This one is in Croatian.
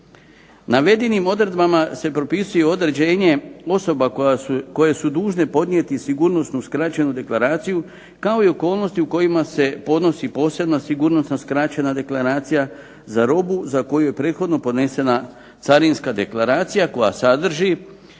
Navedenim odredbama se propisuju određenje osoba koje su dužne podnijeti sigurnosnu skraćenu deklaraciju, kao i okolnosti u kojima se podnosi posebna sigurnosna skraćena deklaracija za robu za koju je prethodno podnesena carinska deklaracija koja sadrži